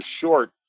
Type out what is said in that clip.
short